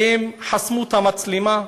שהם חסמו את המצלמה,